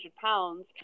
pounds